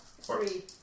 Three